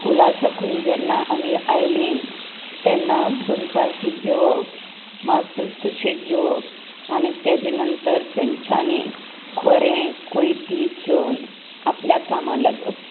स्कुलां साकून आमी जेन्ना आयली तेन्ना दनपारचें जेवप मातसो सुशेग घेवप आनी तेजे नंतर तांच्यानी खोरें कोयती घेवन आपल्या कामांक लागप